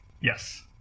Yes